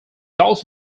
also